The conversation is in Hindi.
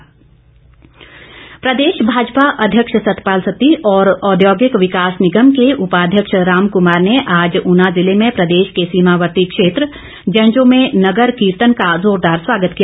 स्वागत प्रदेश भाजपा अध्यक्ष सतपाल सत्ती और औद्योगिक विकास निगम के उपाध्यक्ष राम कुमार ने आज ऊना जिले में प्रदेश के सीमावर्ती क्षेत्र जैजों में नगर कीर्तन का जोरदार स्वागत किया